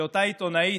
שאותה עיתונאית,